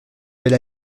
belle